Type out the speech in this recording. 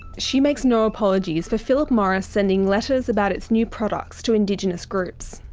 she makes no apologies for philip morris sending letters about its new products to indigenous groups.